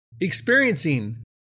experiencing